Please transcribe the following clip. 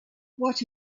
what